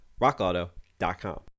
rockauto.com